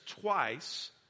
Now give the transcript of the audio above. twice